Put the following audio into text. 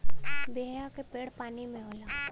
बेहया क पेड़ पानी में होला